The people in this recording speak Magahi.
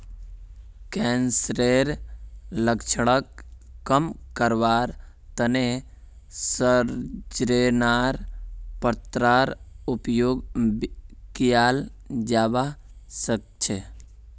कैंसरेर लक्षणक कम करवार तने सजेनार पत्तार उपयोग कियाल जवा सक्छे